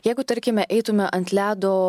jeigu tarkime eitume ant ledo